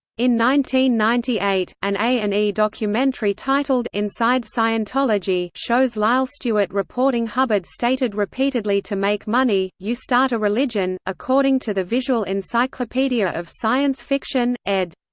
ninety ninety eight, an a and e documentary titled inside scientology shows lyle stuart reporting hubbard stated repeatedly to make money, you start a religion. according to the visual encyclopedia of science fiction, ed.